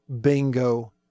bingo